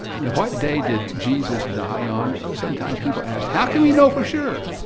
and what day did jesus die on? sometimes people ask, how can we know for sure?